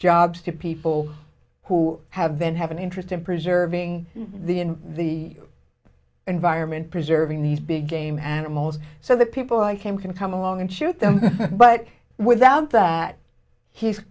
jobs to people who have been have an interest in preserving the and the environment preserving these big game animals so the people who i came can come along and shoot them but without that he's